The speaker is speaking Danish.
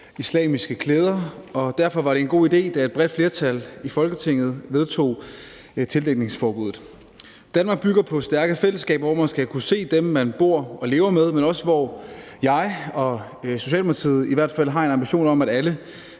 islamiske klæder. Derfor var det en god idé, da et bredt flertal i Folketinget vedtog tildækningsforbuddet. Danmark bygger på stærke fællesskaber, hvor man skal kunne se dem, man bor og lever med, men også hvor i hvert fald jeg og Socialdemokratiet har en ambition om at alle